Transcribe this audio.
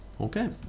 Okay